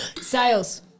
Sales